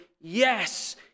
yes